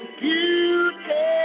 beauty